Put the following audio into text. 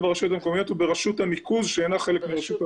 ברשויות המקומיות וברשות הניקוז שאינה חלק מרשות המים.